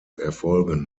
erfolgen